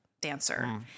dancer